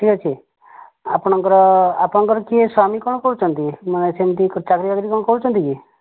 ଠିିକ୍ ଅଛି ଆପଣଙ୍କର ଆପଣଙ୍କର କିଏ ସ୍ୱାମୀ କଣ କରୁଛନ୍ତି ନା ସେମିତି ଚାକିରୀ ବାକିରି କଣ କରୁଛନ୍ତି କି